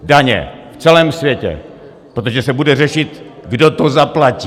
Daně v celém světě, protože se bude řešit, kdo to zaplatí.